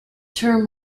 term